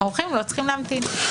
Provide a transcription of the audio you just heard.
לא צריכים להמתין.